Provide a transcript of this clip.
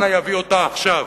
אנא יביא אותה עכשיו.